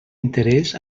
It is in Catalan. interès